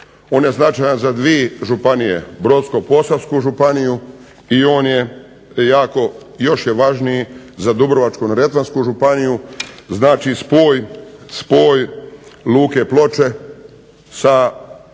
on je značajan za dvije županije Brodsko-posavsku županiju i on je jako, još je važniji za Dubrovačku-neretvansku županiju, znači spoj luke Ploče sa čvorom